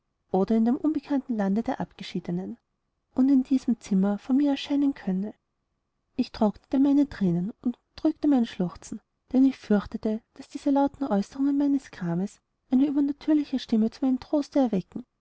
oder in dem unbekannten lande der abgeschiedenen und in diesem zimmer vor mir erscheinen könne ich trocknete meine thränen und unterdrückte mein schluchzen denn ich fürchtete daß diese lauten äußerungen meines grams eine übernatürliche stimme zu meinem troste erwecken